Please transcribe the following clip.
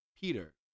Peter